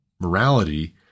morality